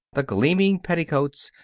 the gleaming petticoats,